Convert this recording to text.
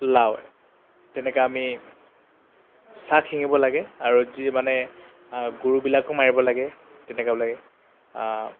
লাও তেনেকৈ আমি চাক শিঙিব লাগে আৰু যি মানে গৰুবিলাকো মাৰিব লাগে তেনেকাবিলাকে